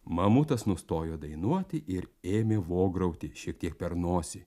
mamutas nustojo dainuoti ir ėmė vograuti šiek tiek per nosį